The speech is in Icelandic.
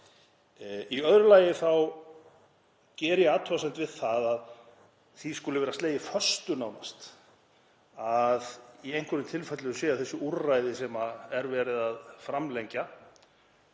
Í öðru lagi geri ég athugasemd við það að því skuli vera slegið föstu nánast að í einhverjum tilfellum sé þessum úrræðum, sem er verið að framlengja,